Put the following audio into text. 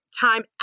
time